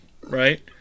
Right